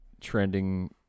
trending